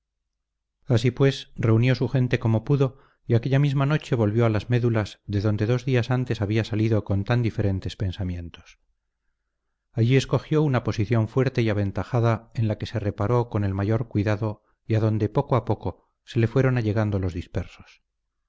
así pues reunió su gente como pudo y aquella misma noche volvió a las médulas de donde dos días antes había salido con tan diferentes pensamientos allí escogió una posición fuerte y aventajada en la que se reparó con el mayor cuidado y adonde poco a poco se le fueron allegando los dispersos